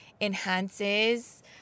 enhances